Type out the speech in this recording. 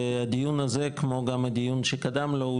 והדיון הזה כמו גם הדיון שקדם לו,